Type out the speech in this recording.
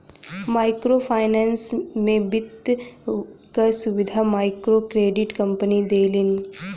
micro finance में वित्त क सुविधा मइक्रोक्रेडिट कम्पनी देलिन